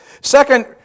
Second